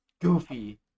goofy